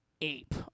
ape